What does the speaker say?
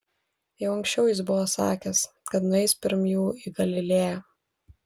jau anksčiau jis buvo sakęs kad nueis pirm jų į galilėją